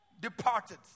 departed